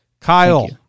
Kyle